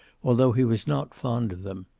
although he was not fond of them.